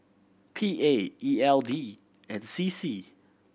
P A E L D and C C